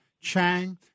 Chang